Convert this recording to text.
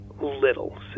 little